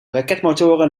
raketmotoren